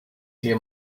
hear